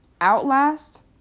Outlast